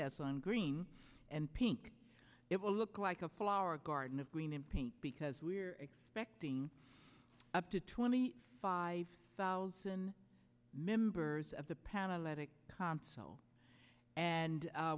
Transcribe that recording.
has on green and pink it will look like a flower garden of green and pink because we're expecting up to twenty five thousand members of the panel at a console and